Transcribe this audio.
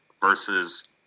versus